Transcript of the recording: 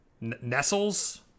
nestles